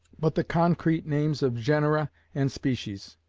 but the concrete names of genera and species,